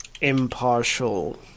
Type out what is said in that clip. impartial